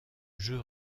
jeu